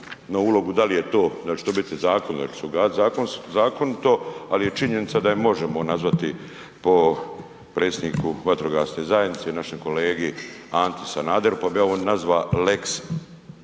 zakon, da li će se ugraditi zakonito ali je činjenica da je možemo nazvati po predsjedniku vatrogasne zajednice i našem kolegi Anti Sanaderu pa bi ja ovo nazvao lex